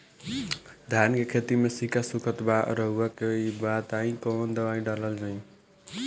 धान के खेती में सिक्का सुखत बा रउआ के ई बताईं कवन दवाइ डालल जाई?